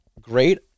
great